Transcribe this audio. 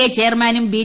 A ചെയർമാനും B